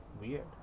weird